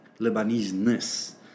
Lebanese-ness